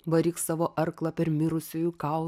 varyk savo arklą per mirusiųjų kaul